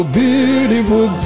beautiful